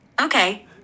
Okay